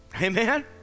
Amen